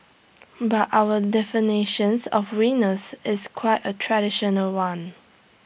but our definitions of winners is quite A traditional one